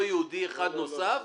יהודי אחד נוסף